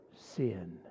sin